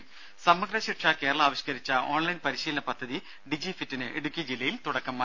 രും സമഗ്ര ശിക്ഷ കേരള ആവിഷ്കരിച്ച ഓൺലൈൻ പരിശീലന പദ്ധതി ഡിജിഫിറ്റിന് ഇടുക്കി ജില്ലയിൽ തുടക്കമായി